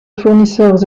fournisseurs